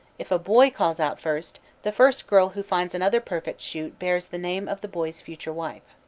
if a boy calls out first, the first girl who finds another perfect shoot bears the name of the boy's future wife.